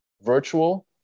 virtual